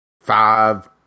five